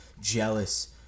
jealous